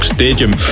Stadium